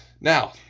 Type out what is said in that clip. Now